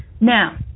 Now